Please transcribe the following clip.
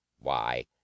Why